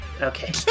Okay